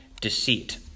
deceit